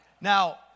Now